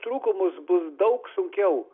trūkumus bus daug sunkiau